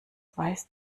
weißt